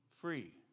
free